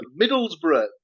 Middlesbrough